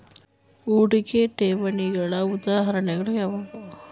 ಹೂಡಿಕೆ ಠೇವಣಿಗಳ ಉದಾಹರಣೆಗಳು ಯಾವುವು?